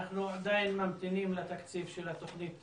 אנחנו עדיין ממתינים לתקציב של התוכנית,